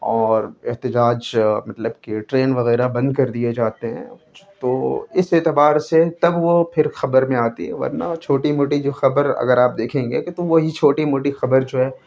اور احتجاج مطلب کہ ٹرین وغیرہ بند کر دیے جاتے ہیں تو اس اعتبار سے تب وہ پھر خبر میں آتی ہے ورنہ وہ چھوٹی موٹی جو خبر اگر آپ دیکھیں گے کہ تو وہی چھوٹی موٹی خبر جو ہے